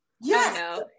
yes